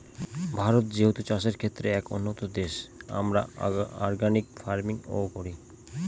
ভারত যেহেতু চাষের ক্ষেত্রে এক উন্নতম দেশ, আমরা অর্গানিক ফার্মিং ও করি